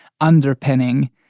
underpinning